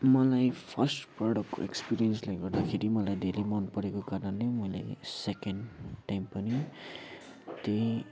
मलाई फर्स्ट प्रोडक्टको एक्सपिरियन्सले गर्दाखेरि मलाई धेरै मन परेको कारणले मैले सेकेन्ड टाइम पनि त्यही